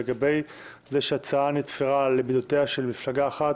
לגבי זה שההצעה נתפרה למידותיה של מפלגה אחת